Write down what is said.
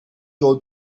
your